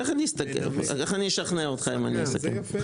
איך אני אשכנע אותך אם אני אסתכל ביחד?